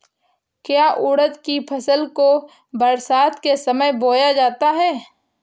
क्या उड़द की फसल को बरसात के समय बोया जाता है?